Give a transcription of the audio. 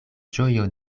ĝojo